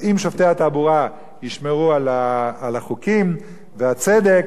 אם שופטי התעבורה ישמרו על החוקים והצדק,